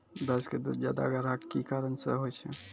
भैंस के दूध ज्यादा गाढ़ा के कि कारण से होय छै?